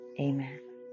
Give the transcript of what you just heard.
amen